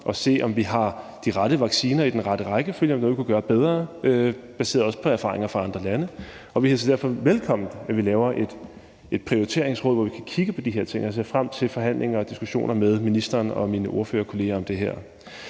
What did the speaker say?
og se, om vi har de rette vacciner i den rette rækkefølge, og om der er noget, vi kunne gøre bedre, også baseret på erfaringer fra andre lande. Vi hilser derfor velkommen, at vi laver et prioriteringsråd, hvor vi kan kigge på de her ting, og jeg ser frem til forhandlingerne og diskussionerne med ministeren og mine ordførerkollegaer om det her.